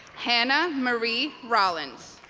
hannah marie rollins